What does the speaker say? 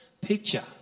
picture